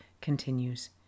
continues